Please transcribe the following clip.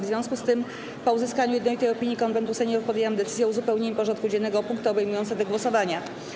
W związku z tym, po uzyskaniu jednolitej opinii Konwentu Seniorów, podjęłam decyzję o uzupełnieniu porządku dziennego o punkty obejmujące te głosowania.